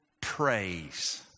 Praise